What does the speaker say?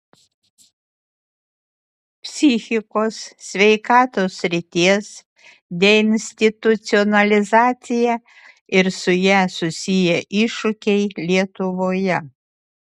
psichikos sveikatos srities deinstitucionalizacija ir su ja susiję iššūkiai lietuvoje